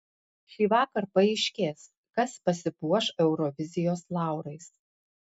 šįvakar paaiškės kas pasipuoš eurovizijos laurais